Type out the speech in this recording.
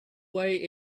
way